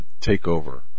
takeover